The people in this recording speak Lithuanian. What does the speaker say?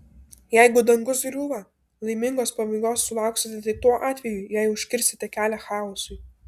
jeigu dangus griūva laimingos pabaigos sulauksite tik tuo atveju jei užkirsite kelią chaosui